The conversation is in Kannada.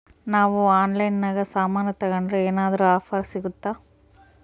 ನಾವು ಆನ್ಲೈನಿನಾಗ ಸಾಮಾನು ತಗಂಡ್ರ ಏನಾದ್ರೂ ಆಫರ್ ಸಿಗುತ್ತಾ?